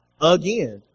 again